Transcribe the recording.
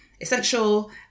essential